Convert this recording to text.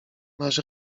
masz